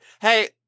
Hey